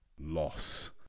loss